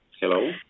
Hello